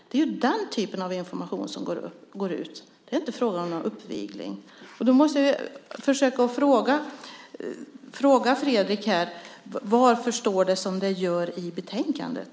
Det är den typen av information som går ut. Det är inte fråga om någon uppvigling. Jag måste ställa en fråga till Fredrik: Varför står det som det gör i betänkandet?